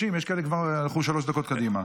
30. יש כאלה שכבר הלכו שלוש דקות קדימה.